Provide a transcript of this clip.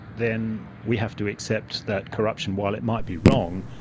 then we have to accept that corruption, while it might be wrong,